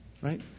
Right